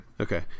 Okay